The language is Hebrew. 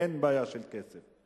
אין בעיה של כסף.